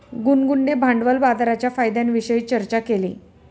गुनगुनने भांडवल बाजाराच्या फायद्यांविषयी चर्चा केली